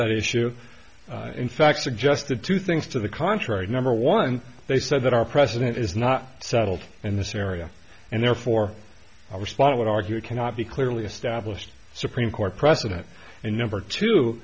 that issue in fact suggest the two things to the contrary number one they said that our president is not settled in this area and therefore our spot would argue it cannot be clearly established supreme court precedent and number two